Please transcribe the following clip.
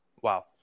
Wow